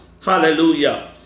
Hallelujah